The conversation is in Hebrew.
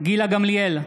גילה גמליאל,